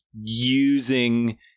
using